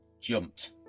jumped